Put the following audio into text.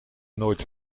nooit